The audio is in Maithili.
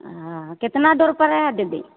ओ केतना पड़ै हइ दीदी